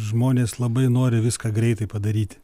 žmonės labai nori viską greitai padaryti